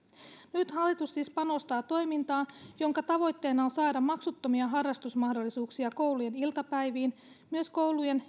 nyt hallitus siis panostaa toimintaan jonka tavoitteena on saada maksuttomia harrastusmahdollisuuksia koulujen iltapäiviin myös koulujen